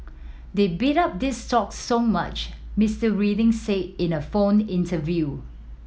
they bid up these stocks so much Mister Reading said in a phone interview